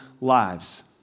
lives